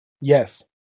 Yes